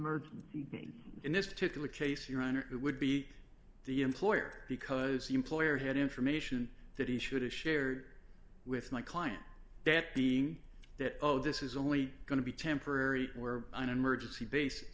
murder in this particular case your honor who would be the employer because the employer had information that he should have shared with my client that being that oh this is only going to be temporary were an emergency bas